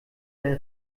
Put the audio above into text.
der